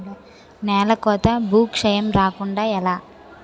నేలకోత భూక్షయం రాకుండ ఎలా?